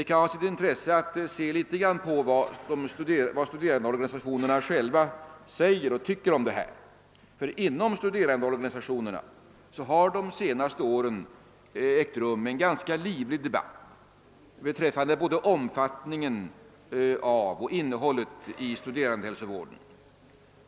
Det kan ha sitt intresse att något studera vad studerandeorganisationerna själva säger om detta, eftersom det inom dessa organisationer under de senaste åren ägt rum en ganska livlig debatt beträffande både omfattningen av och innehållet i studerandehälsovården.